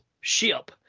ship